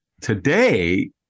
Today